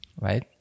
right